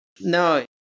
No